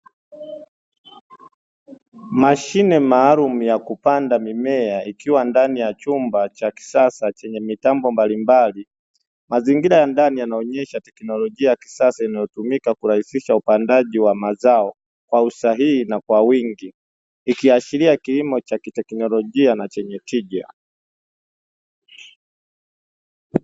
Mashine maalum ya kupanda mimea ikiwa ndani ya chumba cha kisasa chenye mitambo mbalimbali. Mazingira ya ndani yanaonyesha teknolojia ya kisasa inayotumika kurahisisha upandaji wa mazao kwa usahihi na kwa wingi ikiashiria kilimo cha kiteknolojia na chenye tija.